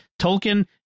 Tolkien